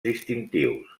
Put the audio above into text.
distintius